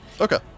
Okay